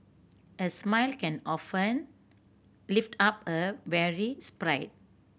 a smile can often lift up a weary spirit